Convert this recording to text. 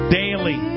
daily